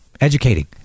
educating